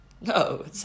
No